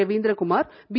Ravindrakumar B